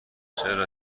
چرا